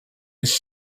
his